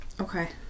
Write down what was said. Okay